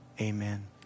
Amen